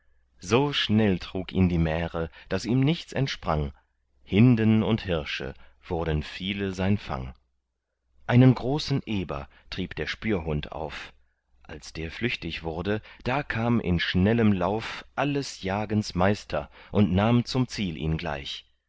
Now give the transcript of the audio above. so schnell trug ihn die mähre daß ihm nichts entsprang hinden und hirsche wurden viele sein fang einen großen eber trieb der spürhund auf als der flüchtig wurde da kam in schnellem lauf alles jagens meister und nahm zum ziel ihn gleich